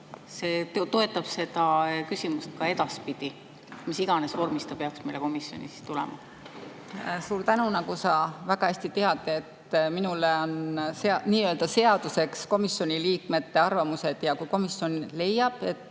toetab seda küsimust ka edaspidi, mis iganes vormis see peaks meile komisjoni tulema? Suur tänu! Nagu sa väga hästi tead, minule on seaduseks komisjoni liikmete arvamused. Kui komisjon leiab, et